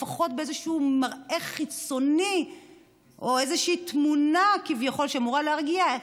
לפחות באיזשהו מראה חיצוני או איזושהי תמונה שאמורה כביכול להרגיע,